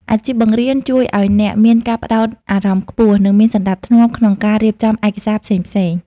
អាជីពបង្រៀនជួយឱ្យអ្នកមានការផ្ដោតអារម្មណ៍ខ្ពស់ និងមានសណ្ដាប់ធ្នាប់ក្នុងការរៀបចំឯកសារផ្សេងៗ។